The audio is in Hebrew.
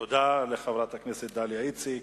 תודה לחברת הכנסת דליה איציק.